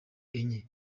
enye